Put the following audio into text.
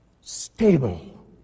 stable